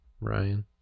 Ryan